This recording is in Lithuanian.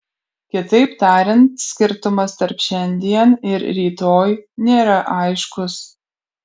kitaip tariant skirtumas tarp šiandien ir rytoj nėra aiškus